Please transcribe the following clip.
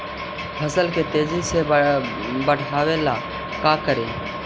फसल के तेजी से बढ़ाबे ला का करि?